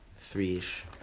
three-ish